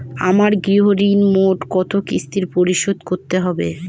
আমার গৃহঋণ মোট কত কিস্তিতে পরিশোধ করতে হবে?